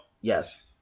Yes